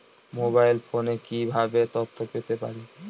Mobile ফোনে কিভাবে তথ্য পেতে পারি?